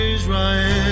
Israel